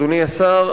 אדוני השר,